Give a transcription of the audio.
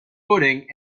footing